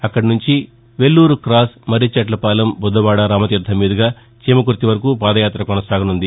అక్కడ నుంచి వెల్లూరు క్రాస్ మర్రిచెట్లపాలెం బుదవాడ రామతీర్ణం మీదుగా చీమకుర్తి వరకు పాదయాత కొనసాగనుంది